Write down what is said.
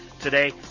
Today